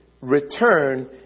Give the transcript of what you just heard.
return